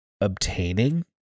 obtaining